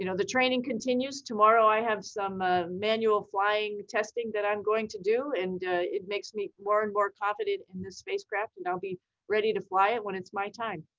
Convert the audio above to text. you know the training continues, tomorrow i have some ah manual flying testing that i'm going to do, and it makes me more and more confident in the spacecraft and i'll be ready to fly it when it's my time.